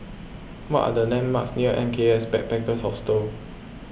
what are the landmarks near M K S Backpackers Hostel